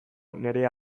nerea